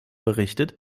berichtet